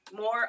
more